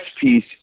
piece